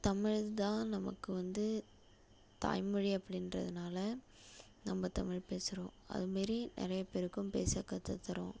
தமிழ் தான் நமக்கு வந்து தாய்மொழி அப்படின்றதுனால நம்ம தமிழ் பேசுகிறோம் அது மாரி நிறைய பேருக்கும் பேச கற்றுத்தரோம்